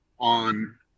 on